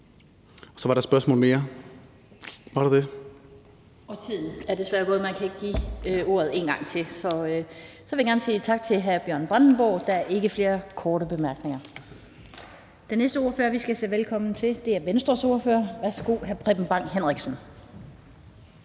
Kl. 17:37 Den fg. formand (Annette Lind): Tiden er desværre gået. Man kan ikke få ordet en gang til. Så vil jeg gerne sige tak til hr. Bjørn Brandenborg. Der er ikke flere korte bemærkninger. Den næste ordfører, vi skal sige velkommen til, er Venstres ordfører. Værsgo til ordføreren, hr. Preben Bang Henriksen.